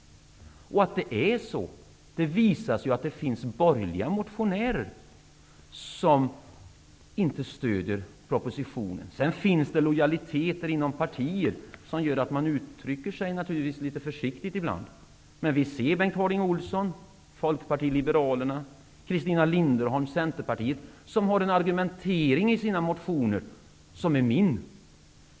Att det är på det viset kan man se av att det finns borgerliga motionärer som inte stöder propositionen. Sedan finns det lojaliteter inom partier som gör att man ibland naturligtvis uttrycker sig litet försiktigt. Bengt Harding Olson från Folkpartiet liberalerna och Christina Linderholm från Centerpartiet har en argumentering i sina motioner som är densamma som min.